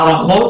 הערכות.